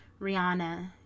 Rihanna